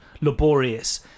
laborious